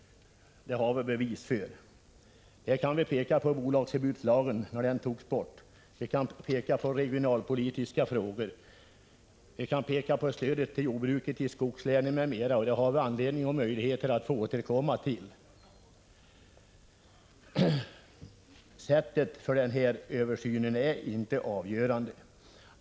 Det har vi bevis för. Vi kan här peka på dels borttagandet av bolagsförbudslagen, dels på regionalpolitiska frågor. Vi kan också peka på stödet till jordbruket i skogslänen, ett ämne som vi får anledning och möjligheter att återkomma till. Sättet varpå översynen genomförs är inte avgörande.